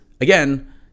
Again